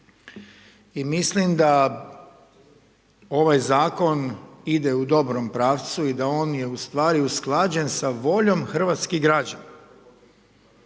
I mislim da ovaj Zakon ide u dobrom pravcu i da on je u stvari usklađen sa voljom hrvatskih građana